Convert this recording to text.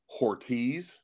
Hortiz